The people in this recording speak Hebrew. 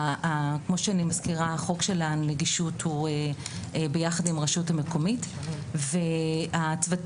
החוק של נגישות הוא ביחד עם הרשות המקומית והצוותים